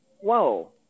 whoa